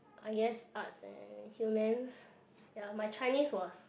I guess arts and humans ya my Chinese was